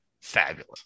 fabulous